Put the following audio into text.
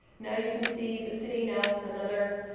now you can see the city, now another